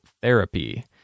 therapy